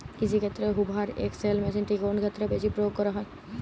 কৃষিক্ষেত্রে Hoover XL মেশিনটি কোন ক্ষেত্রে বেশি প্রয়োগ করা হয়?